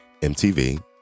MTV